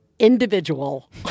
Individual